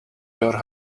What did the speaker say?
your